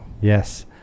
Yes